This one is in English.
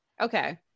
Okay